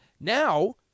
Now